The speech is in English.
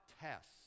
tests